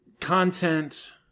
content